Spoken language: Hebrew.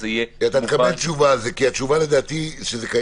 ו-190 ילדי חינוך מיוחד אילתיים שלומדים באילות